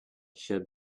showed